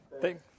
Thank